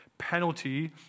penalty